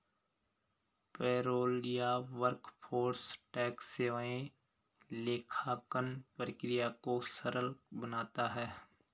payroll या workforce tax सेवाएं लेखांकन प्रक्रिया को सरल बनाता है